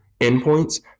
endpoints